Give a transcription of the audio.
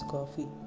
Coffee